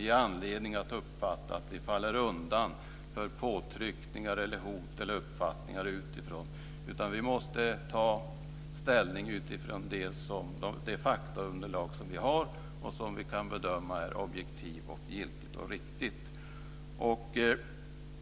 ge anledning att uppfattas som att vi faller undan för påtryckningar, hot eller uppfattningar utifrån, utan vi måste ta ställning utifrån det faktaunderlag som vi har och som vi kan bedöma är objektivt, giltigt och riktigt.